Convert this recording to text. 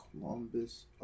Columbus